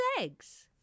eggs